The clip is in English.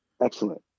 excellent